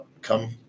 come